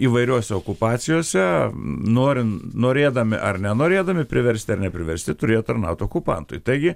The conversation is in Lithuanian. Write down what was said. įvairiose okupacijose norint norėdami ar nenorėdami priversti ar nepriversti turėjo tarnaut okupantui taigi